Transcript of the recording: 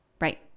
Right